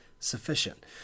Sufficient